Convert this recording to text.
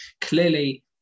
Clearly